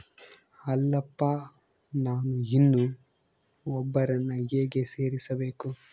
ಅಲ್ಲಪ್ಪ ನಾನು ಇನ್ನೂ ಒಬ್ಬರನ್ನ ಹೇಗೆ ಸೇರಿಸಬೇಕು?